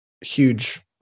huge